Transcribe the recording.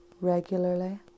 regularly